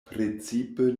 precipe